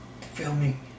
filming